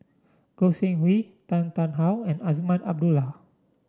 Goi Seng Hui Tan Tarn How and Azman Abdullah